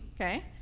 okay